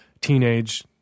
teenage